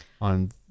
on